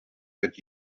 get